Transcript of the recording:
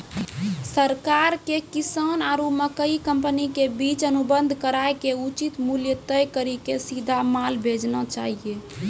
सरकार के किसान आरु मकई कंपनी के बीच अनुबंध कराय के उचित मूल्य तय कड़ी के सीधा माल भेजना चाहिए?